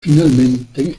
finalmente